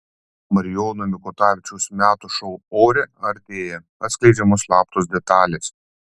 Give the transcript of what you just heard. marijono mikutavičiaus metų šou ore artėja atskleidžiamos slaptos detalės